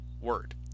word